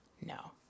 no